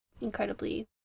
incredibly